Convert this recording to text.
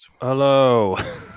Hello